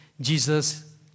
Jesus